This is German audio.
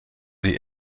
die